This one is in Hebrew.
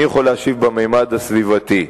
אני יכול להשיב בממד הסביבתי.